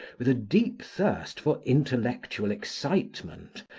with a deep thirst for intellectual excitement,